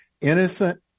innocent